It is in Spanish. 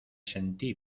sentí